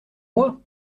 moi